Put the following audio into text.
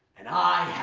and i